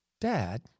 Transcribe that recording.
Dad